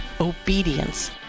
obedience